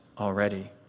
already